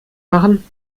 machen